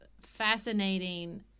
fascinating